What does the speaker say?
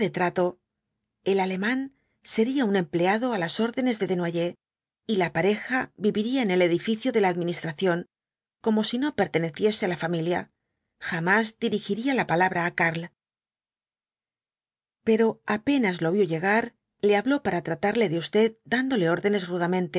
el alemán sería un empleado á las órdenes de desnoyers y la pareja viviría en el edificio de la administración como si no perteneciese á la familia jamás dirigiría la palabra á karl pero apenas lo vio llegar le habló para tratarle de usted dándole órdenes rudamente